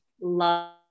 love